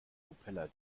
propeller